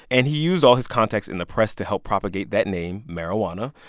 and he used all his contacts in the press to help propagate that name marijuana.